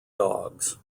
dogs